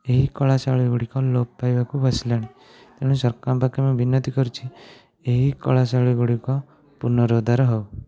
ଏହି କଳାଶୈଳୀ ଗୁଡ଼ିକ ଲୋପ ପାଇବାକୁ ବସିଲାଣି ତେଣୁ ସରକାର ପାଖରେ ବିନତି କରୁଛି ଏହି କଳା ଶୈଳୀ ଗୁଡ଼ିକ ପୁନରୁଦ୍ଧାର ହେଉ